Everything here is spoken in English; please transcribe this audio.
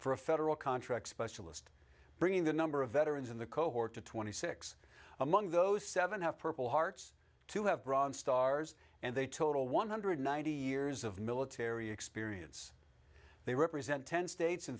for a federal contract specialist bringing the number of veterans in the cohort to twenty six among those seven have purple hearts to have bronze stars and they total one hundred ninety years of military experience they represent ten states